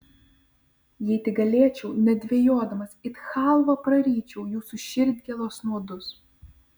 jei tik galėčiau nedvejodamas it chalvą praryčiau jūsų širdgėlos nuodus